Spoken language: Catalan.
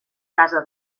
casa